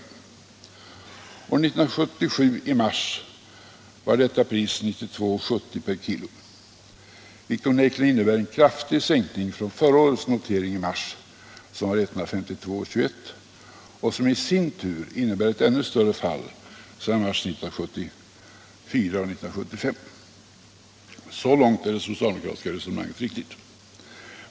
År 1977 var detta pris i mars 92,70 per kg, vilket onekligen innebär en kraftig sänkning från förra årets notering i mars som var 152,21 och som i sin tur innebär ett ännu större fall sedan mars 1974 och 1975. Så långt är det socialdemokratiska resonemanget riktigt.